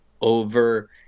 over